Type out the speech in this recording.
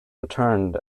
returned